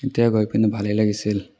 এতিয়াও গৈ পিনি ভালেই লাগিছিল